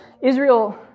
Israel